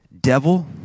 devil